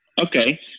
okay